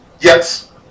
Yes